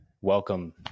welcome